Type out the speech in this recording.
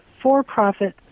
for-profit